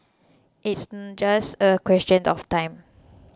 it's em just a question of time